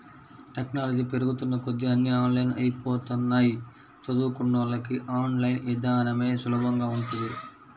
technology పెరుగుతున్న కొద్దీ అన్నీ ఆన్లైన్ అయ్యిపోతన్నయ్, చదువుకున్నోళ్ళకి ఆన్ లైన్ ఇదానమే సులభంగా ఉంటది